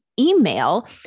email